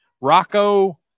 Rocco